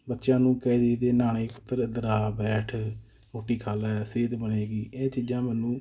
ਬੱਚਿਆਂ ਨੂੰ ਕਹਿ ਦੀ ਦੇ ਨਾਣੇ ਪੁੱਤਰ ਇੱਧਰ ਆ ਬੈਠ ਰੋਟੀ ਖਾ ਲੈ ਸਿਹਤ ਬਣੇਗੀ ਇਹ ਚੀਜ਼ਾਂ ਮੈਨੂੰ